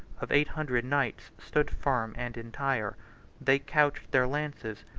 of eight hundred knights, stood firm and entire they couched their lances,